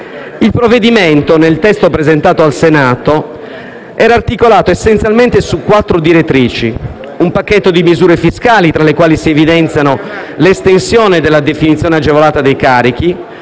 Il provvedimento, nel testo presentato al Senato, era articolato essenzialmente su quattro direttrici: in primo luogo, un pacchetto di misure fiscali, tra le quali si evidenziano l'estensione della definizione agevolata dei carichi,